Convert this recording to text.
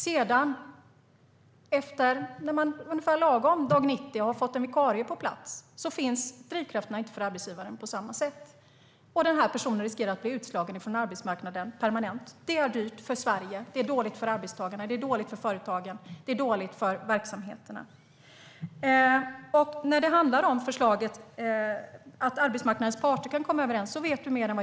Lagom till dag 90, när en vikarie finns på plats, finns inte drivkrafterna för arbetsgivaren på samma sätt. Den personen riskerar att bli permanent utslagen från arbetsmarknaden. Det är dyrt för Sverige, dåligt för arbetstagarna, företagen och verksamheterna. Mats Persson vet uppenbarligen mer än jag i fråga om att arbetsmarknadens parter kan komma överens.